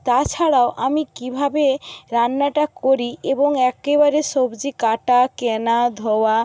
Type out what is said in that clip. তাছাড়াও আমি কীভাবে রান্নাটা করি এবং এক্কেবারে সবজি কাটা কেনা ধোওয়া